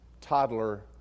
toddler